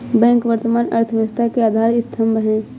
bank वर्तमान अर्थव्यवस्था के आधार स्तंभ है